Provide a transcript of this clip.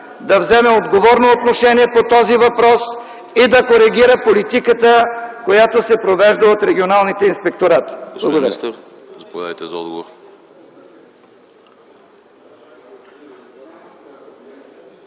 да вземе отговорно отношение по този въпрос и да коригира политиката, която се провежда от регионалните инспекторати.